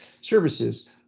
services